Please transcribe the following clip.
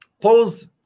Pause